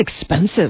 expensive